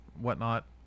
whatnot